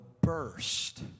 burst